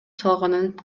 салганын